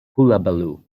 hullabaloo